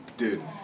Dude